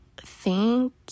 thank